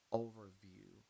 overview